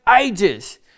ages